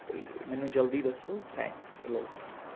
ਅਤੇ ਮੈਨੂੰ ਜਲਦੀ ਦੱਸੋ ਥੈਂਕਸ ਅੇ ਲੋਟ